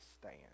stand